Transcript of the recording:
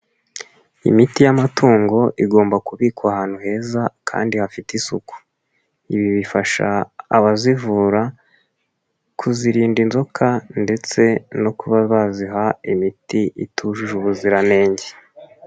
Imiti y'amatungo igomba kubikwa ahantu heza kandi hafite isuku. Ibi bifasha abazivura kuzirinda inzoka ndetse no kuba baziha imiti itujuje ubuziranenge.